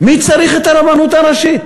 מי צריך את הרבנות הראשית?